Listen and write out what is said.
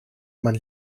man